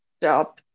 stop